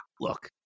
Look